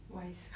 wise